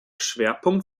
schwerpunkt